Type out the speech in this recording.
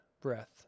breath